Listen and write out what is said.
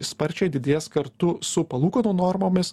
sparčiai didės kartu su palūkanų normomis